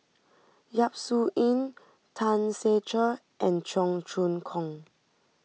Yap Su Yin Tan Ser Cher and Cheong Choong Kong